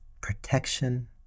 protection